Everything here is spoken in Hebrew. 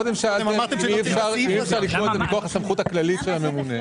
קודם שאלתם אם אי אפשר לקבוע את זה מכוח הסמכות הכללית של הממונה.